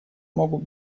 могут